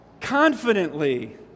confidently